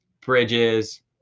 Bridges